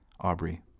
Aubrey